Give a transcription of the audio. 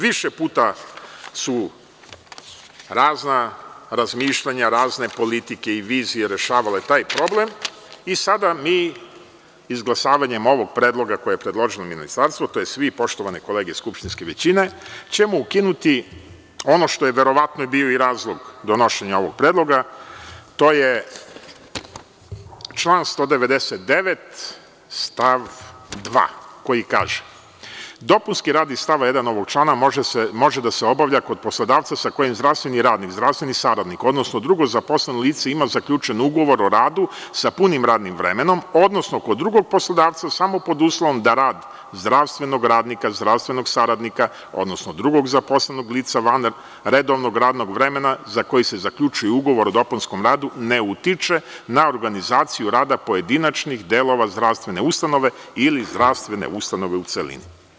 Više puta su razna razmišljanja, razne politike i vizije rešavale taj problem i sada mi, izglasavanjem ovog predloga koje je predložilo Ministarstvo, tj. vi, poštovane kolege skupštinske većine, ćemo ukinuti ono što je verovatno i bio razlog donošenja ovog predloga, to je član 199. stav 2. koji kaže – dopunski rad iz stava 1. ovog člana može da se obavlja kod poslodavca sa kojim zdravstveni radnik, zdravstveni saradnik, odnosno drugo zaposleno lice ima zaključen ugovor o radu sa punim radnim vremenom, odnosno kod drugog poslodavca samo pod uslovom da rad zdravstvenog radnika, zdravstvenog saradnika, odnosno drugog zaposlenog lica van redovnog radnog vremena za koji se zaključuje ugovor o dopunskom radu ne utiče na organizaciju rada pojedinačnih delova zdravstvene ustanove ili zdravstvene ustanove u celini.